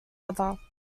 other